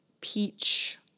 peach